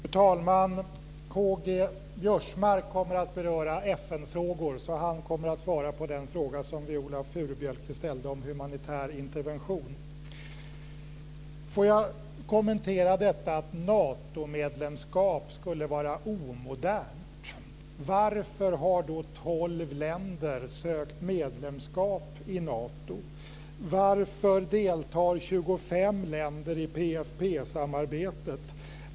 Fru talman! K-G Biörsmark kommer att beröra FN-frågor, så han kommer att svara på den fråga som Jag vill kommentera detta med att Natomedlemskap skulle vara omodernt. Varför har då tolv länder sökt medlemskap i Nato? Varför deltar 25 länder i PFP-samarbetet?